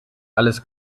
alles